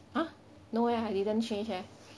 !huh! no eh I didn't change eh